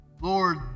lord